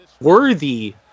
worthy